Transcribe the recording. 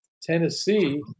Tennessee